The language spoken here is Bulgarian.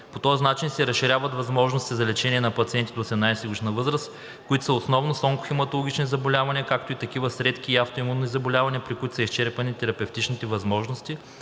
По този начин се разширяват възможностите за лечение на пациенти до 18-годишна възраст, които са основно с онкохематологични заболявания, както и такива с редки и автоимунни заболявания, при които са изчерпани терапевтичните възможности